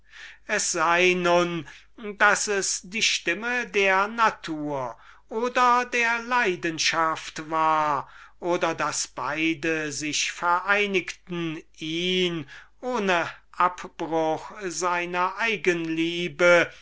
es sei nun daß es die stimme der natur oder der leidenschaft war oder daß beide sich vereinigten ihn ohne abbruch seiner eigenliebe